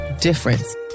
difference